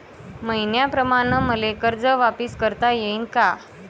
मईन्याप्रमाणं मले कर्ज वापिस करता येईन का?